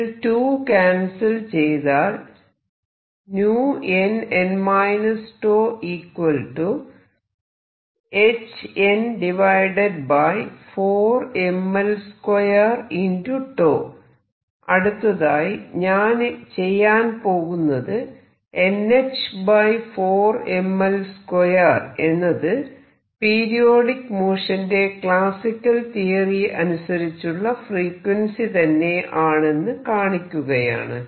ഇതിൽ 2 ക്യാൻസൽ ചെയ്താൽ അടുത്തതായി ഞാൻ ചെയ്യാൻ പോകുന്നത് nh 4mL2 എന്നത് പീരിയോഡിക് മോഷന്റെ ക്ലാസിക്കൽ തിയറി അനുസരിച്ചുള്ള ഫ്രീക്വൻസി തന്നെ ആണെന്ന് കാണിക്കുകയാണ്